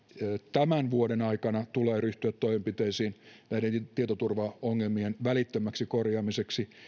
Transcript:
tämän vuoden aikana tulee ryhtyä toimenpiteisiin näiden tietoturvaongelmien välittömäksi korjaamiseksi